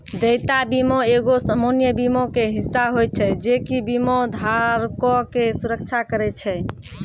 देयता बीमा एगो सामान्य बीमा के हिस्सा होय छै जे कि बीमा धारको के सुरक्षा करै छै